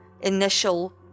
initial